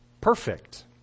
perfect